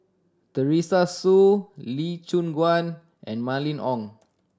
Teresa Hsu Lee Choon Guan and Mylene Ong